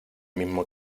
mismo